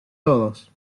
todos